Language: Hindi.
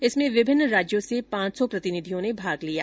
इसमें विभिन्न राज्यों से पांच सौ प्रतिनिधियों ने भाग लिया